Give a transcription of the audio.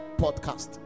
podcast